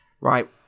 Right